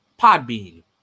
Podbean